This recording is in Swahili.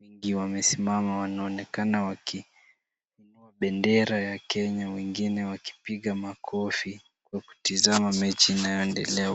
wakiwa wamesimama wanaonekana wakiinua bendera ya Kenya. Wengine wakipiga makofi wakitazama mechi inayoendelea.